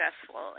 successful